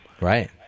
Right